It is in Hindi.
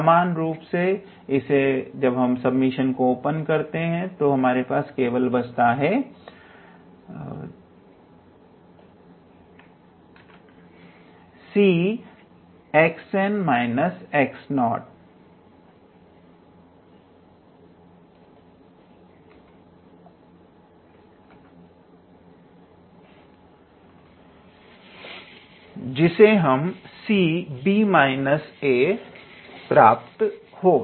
समान रूप से इससे c 𝑥𝑛−𝑥0 मिलेगा जिससे हमें 𝑐𝑏−𝑎 प्राप्त होगा